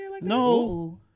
no